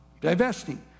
divesting